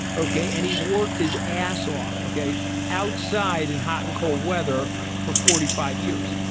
ok. and he worked his ass off ok outside and hot and cold weather for forty five years.